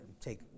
take